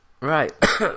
Right